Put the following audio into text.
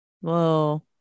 Whoa